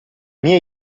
mia